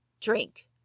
Drink